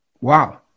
Wow